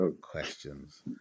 questions